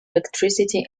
electricity